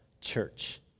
church